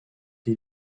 dès